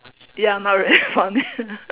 ya my red font